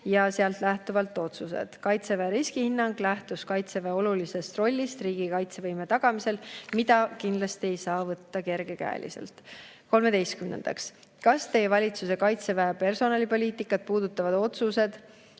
ja sellest lähtuvalt otsused. Kaitseväe riskihinnang lähtus kaitseväe olulisest rollist riigi kaitsevõime tagamisel, mida kindlasti ei saa võtta kergekäeliselt. Kolmeteistkümnendaks: "Kas Teie valitsuse kaitseväe personalipoliitikat puudutavad otsused